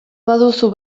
baduzu